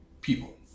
People